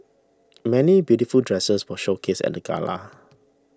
many beautiful dresses were showcased at the gala